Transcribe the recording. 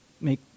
make